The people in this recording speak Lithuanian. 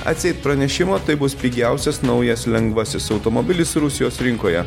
atseit pranešimo tai bus pigiausias naujas lengvasis automobilis rusijos rinkoje